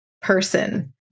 person